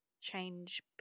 change